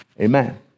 Amen